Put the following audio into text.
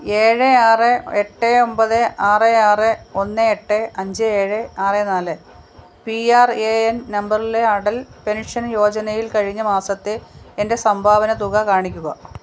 ഏഴ് ആറ് എട്ട് ഒമ്പത് ആറ് ആറ് ഒന്ന് എട്ട് അഞ്ച് ഏഴ് ആറ് നാല് പി ആർ എ എൻ നമ്പറിലെ അടൽ പെൻഷൻ യോജനയിൽ കഴിഞ്ഞ മാസത്തെ എൻ്റെ സംഭാവന തുക കാണിക്കുക